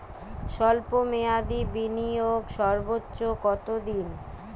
স্বল্প মেয়াদি বিনিয়োগ সর্বোচ্চ কত দিন?